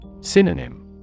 Synonym